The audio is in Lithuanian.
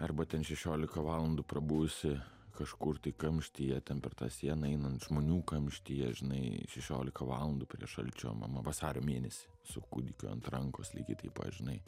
arba ten šešiolika valandų prabuvusi kažkur tai kamštyje ten per tą sieną einant žmonių kamštyje žinai šešiolika valandų prie šalčio mama vasario mėnesį su kūdikiu ant rankos lygiai taip pat žinai